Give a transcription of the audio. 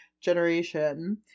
generation